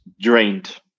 drained